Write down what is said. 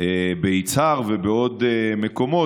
ביצהר ובעוד מקומות,